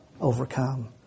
overcome